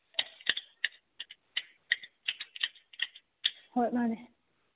ꯍꯣꯏ ꯃꯥꯅꯦ